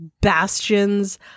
bastions